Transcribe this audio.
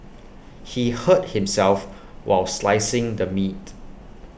he hurt himself while slicing the meat